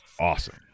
awesome